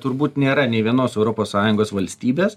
turbūt nėra nei vienos europos sąjungos valstybės